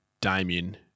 damien